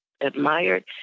admired